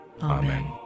Amen